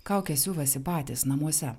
kaukes siuvasi patys namuose